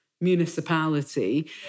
municipality